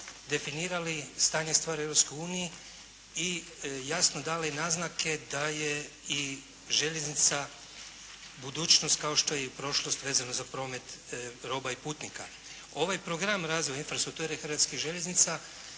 definirali stanje stvari u Europskoj uniji i jasno dali naznake da je i željeznica budućnost kao što je i prošlost vezano za promet roba i putnika. Ovaj program razvoja infrastrukture Hrvatskih željeznica